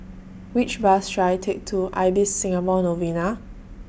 Which Bus should I Take to Ibis Singapore Novena